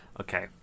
Okay